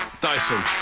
Dyson